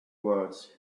words